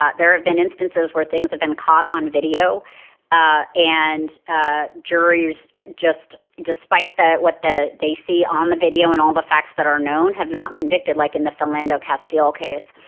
ah there have been instances where things have been caught on video ah and ah juries just despite that, what they see on the video and all the facts that are known have not convicted like in the film landow castiel case.